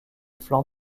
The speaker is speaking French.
flancs